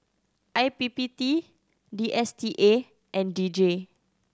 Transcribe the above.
I P P T D S T A and D J